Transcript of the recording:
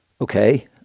okay